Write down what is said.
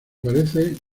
parecen